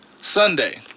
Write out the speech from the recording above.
Sunday